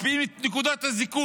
מקפיאים את נקודת הזיכוי.